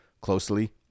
closely